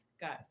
guys